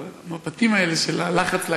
דקה, אדוני, ואנחנו עוברים לחבר הכנסת סמוטריץ.